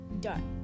done